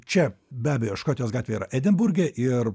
čia be abejo škotijos gatvė yra edinburge ir